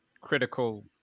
critical